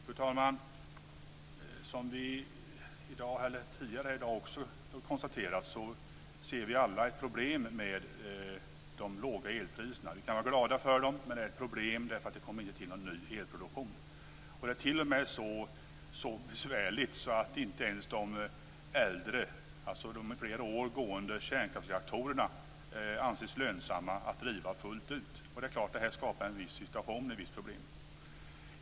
Fru talman! Som vi redan tidigare konstaterat i dag ser vi alla ett problem med de låga elpriserna. Vi kan vara glada för dem, men det är ett problem att det inte kommer till någon ny elproduktion. Det är t.o.m. så besvärligt att inte ens de äldre, alltså de sedan flera år gående, kärnkraftsreaktorerna anses lönsamma att driva fullt ut. Det är klart att det skapar en viss situation, ett visst problem.